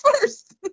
first